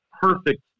perfect